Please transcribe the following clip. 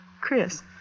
Chris